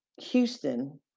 Houston